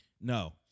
No